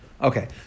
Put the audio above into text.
Okay